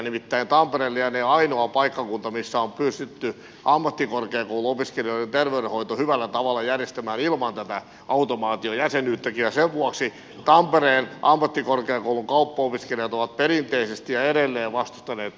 nimittäin tampere lienee ainoa paikkakunta missä on pystytty ammattikorkeakouluopiskelijoiden terveydenhoito hyvällä tavalla järjestämään ilman tätä automaatiojäsenyyttäkin ja sen vuoksi tampereen ammattikorkeakoulun kauppaopiskelijat ovat perinteisesti ja edelleen vastustaneet tätä automaatiojäsenyyttä